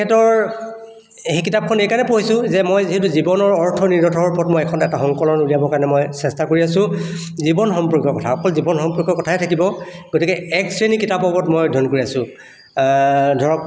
তেখেতৰ সেই কিতাপখন মই এই কাৰণেই পঢ়িছোঁ যে মই যিহেতু জীৱনৰ অৰ্থ নিৰৰ্থৰ ওপৰত এখন এটা সংকলন উলিয়াবৰ কাৰণে মই এটা চেষ্টা কৰি আছোঁ জীৱন সম্পৰ্কীয় কথা অকল জীৱন সম্পৰ্কীয় কথাই থাকিব গতিকে এক শ্ৰেণীৰ কিতাপৰ ওপৰত মই অধ্যয়ন কৰি আছোঁ ধৰক